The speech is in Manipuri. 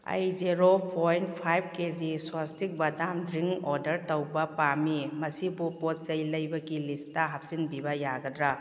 ꯑꯩ zero point five K G Swastik ꯕꯗꯥꯝ ꯗ꯭ꯔꯤꯡ ꯑꯣꯔꯗꯔ ꯇꯧꯕ ꯄꯥꯝꯃꯤ ꯃꯁꯤꯕꯨ ꯄꯣꯠ ꯆꯩ ꯂꯩꯕꯒꯤ ꯂꯤꯁꯇ ꯍꯥꯞꯆꯤꯟꯕꯤꯕ ꯌꯥꯒꯗ꯭ꯔꯥ